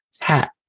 Hat